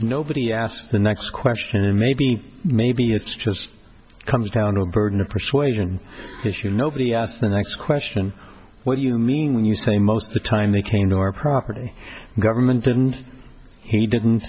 nobody asked the next question and maybe maybe it's just comes down to a burden of persuasion is you nobody asked the next question what you mean when you say most of the time they came to our property government and he didn't